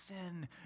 sin